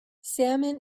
salmon